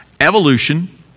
evolution